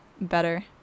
better